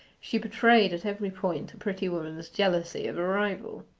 she betrayed at every point a pretty woman's jealousy of a rival,